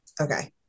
Okay